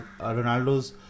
Ronaldo's